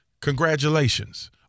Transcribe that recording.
congratulations